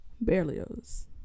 Berlioz